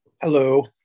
Hello